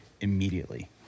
immediately